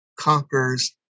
conquers